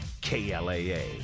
KLAA